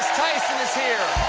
tyson is here.